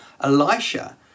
Elisha